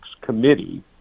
committee